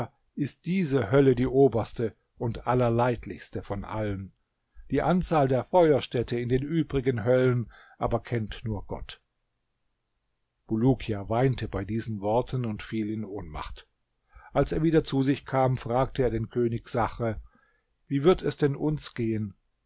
ist diese hölle die oberste und allerleidlichste von allen die anzahl der feuerstädte in den übrigen höllen aber kennt nur gott bulukia weinte bei diesen worten und fiel in ohnmacht als er wieder zu sich kam fragte er den könig sachr wie wird es denn uns gehen